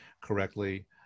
correctly